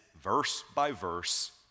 verse-by-verse